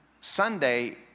Sunday